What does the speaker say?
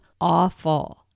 awful